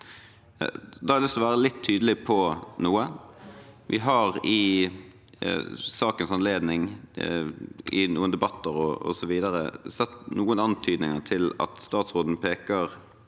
til å være litt tydelig på. Vi har i sakens anledning, i noen debatter osv., sett noen antydninger til at statsråden peker